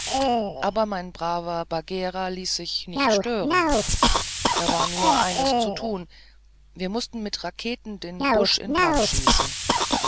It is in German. aber mein braver bagghera ließ sich nicht stören da war nur eines zu tun wir mußten mit raketen den busch in brand schießen